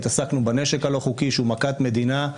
התעסקנו בנשק הלא חוקי שהוא מכת מדינה.